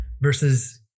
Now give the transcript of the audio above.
versus